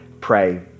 pray